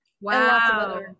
Wow